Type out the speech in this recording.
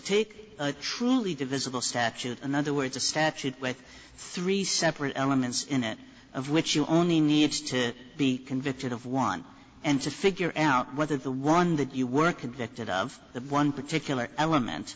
take a truly divisible statute in other words a statute with three separate elements in it of which you only needs to be convicted of one and to figure out whether the one that you work convicted of the one particular element